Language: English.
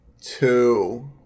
two